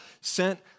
sent